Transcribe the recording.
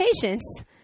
patience